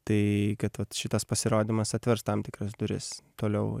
tai kad vat šitas pasirodymas atvers tam tikras duris toliau